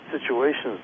situations